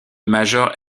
major